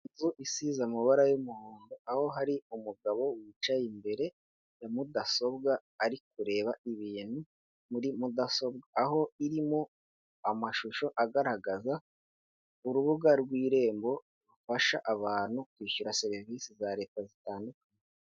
Inzu isize amabara y'umuhondo aho hari umugabo wicaye imbere ya mudasobwa ari kureba ibintu muri mudasobwa, aho irimo amashusho agaragaza urubuga rw'irembo rufasha abantu kwishyura serivisi za leta zitandukanye.